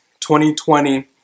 2020